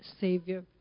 Savior